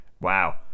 Wow